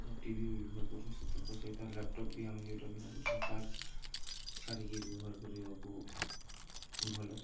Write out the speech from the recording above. ଆଉ TV ବି ବ୍ୟବହାର କରୁନ୍ତି ସତର୍କ ସହିତ ଆଉ ଲ୍ୟାପଟପ୍ ବି ବ୍ୟବହାର ଚାର୍ଜ୍ ଛାଡ଼ିକି ବ୍ୟବହାର କରିବାକୁ ଭଲ